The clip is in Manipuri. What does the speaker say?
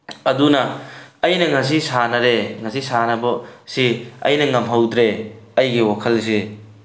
ꯑꯗꯨꯅ ꯑꯩꯅ ꯉꯁꯤ ꯁꯥꯟꯅꯔꯦ ꯉꯁꯤ ꯁꯥꯟꯅꯕꯁꯤ ꯑꯩꯅ ꯉꯝꯍꯧꯗ꯭ꯔꯦ ꯑꯩꯒꯤ ꯋꯥꯈꯜꯁꯤ